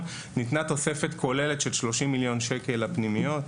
ניתנה תוספת כוללת של 30 מיליון שקל לפנימיות,